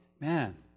Man